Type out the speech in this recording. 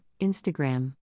Instagram